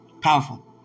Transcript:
Powerful